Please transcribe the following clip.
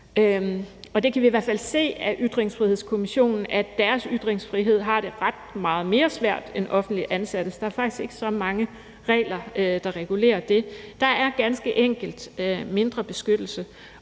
Vi kan i hvert fald se af Ytringsfrihedskommissionen, at deres ytringsfrihed har det ret meget mere svært end de offentligt ansattes. Der er faktisk ikke så mange regler, der regulerer det. Der er ganske enkelt mindre beskyttelse.